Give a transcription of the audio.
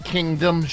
Kingdom